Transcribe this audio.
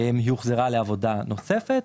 ההפחתה הוחזרה לעבודה נוספת.